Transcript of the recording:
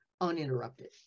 uninterrupted